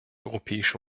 europäische